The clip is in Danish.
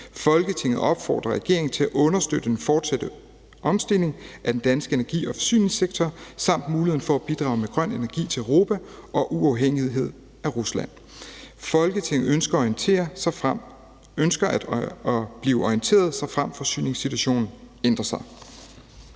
Folketinget opfordrer regeringen til at understøtte den fortsatte omstilling af den danske energi- og forsyningssektor og muligheden for at bidrage med grøn energi til Europa og uafhængighed af Rusland. Folketinget ønsker at blive orienteret, såfremt forsyningssituationen ændrer sig.«